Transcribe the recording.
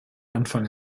anfang